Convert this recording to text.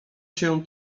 się